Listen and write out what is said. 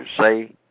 say